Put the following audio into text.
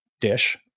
dish